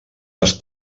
les